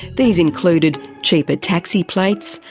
these included cheaper taxi plates,